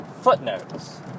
Footnotes